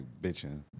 bitching